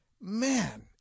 man